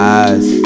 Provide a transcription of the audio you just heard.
eyes